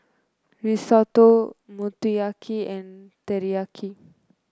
Risotto Motoyaki and Teriyaki